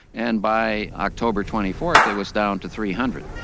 and by october twenty fourth, it was down to three hundred,